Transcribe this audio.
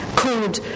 called